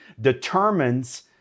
determines